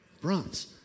Bronze